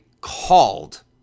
called